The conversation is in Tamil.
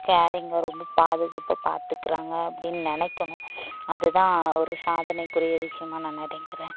கேரிங்காக ரொம்ப பாதுகாப்பாக பாத்துக்கிறாங்க அப்படின்னு நினைக்கணும் அது தான் ஒரு சாதனைக்குரிய விஷயமா நான் நினைக்கிறேன்